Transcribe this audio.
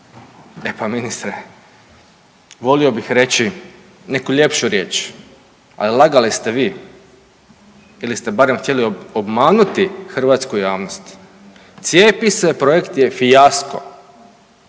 E pa, ministre, volio bih reći neku ljepšu riječ, ali lagali ste vi ili ste barem htjeli obmanuti hrvatsku javnost. Cijepise projekt je fijasko.